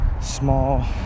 small